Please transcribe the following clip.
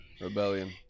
Rebellion